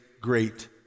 great